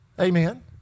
Amen